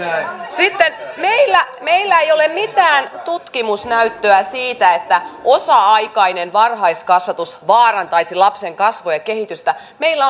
meillä meillä ei ole mitään tutkimusnäyttöä siitä että osa aikainen varhaiskasvatus vaarantaisi lapsen kasvua ja kehitystä meillä